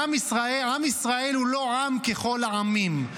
עם ישראל הוא לא עם ככל העמים,